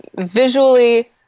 visually